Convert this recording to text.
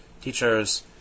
teachers